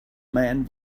man